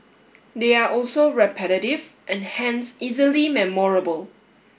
they are also repetitive and hence easily memorable